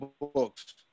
books